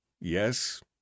Yes